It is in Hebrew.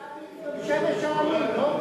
סטלין גם שמש העמים, לא?